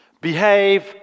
Behave